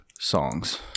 songs